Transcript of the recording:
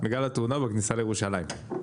בגלל התאונה בכניסה לירושלים.